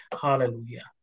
Hallelujah